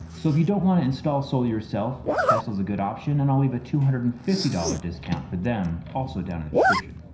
so if you don't want to install solar yourself, tesla's a good option and i'll leave a two hundred and fifty dollars discount for them also down in the description.